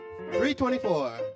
324